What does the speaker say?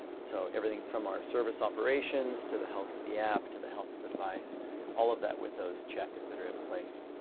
so everything from our service operations to the health of the app, to the health of the device all of that with those checks that are in place.